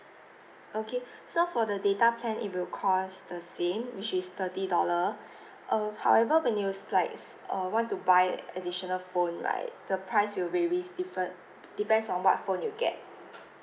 okay so for the data plan it will cost the same which is thirty dollar uh however when you like err want to buy additional phone right the price will varies different depends on what phone you get